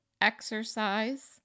exercise